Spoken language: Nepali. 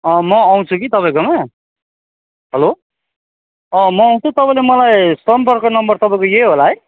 म आउँछु कि तपाईँकोमा हेलो म आउँछु तपाईँले मलाई सम्पर्क नम्बर तपाईँको यही होला है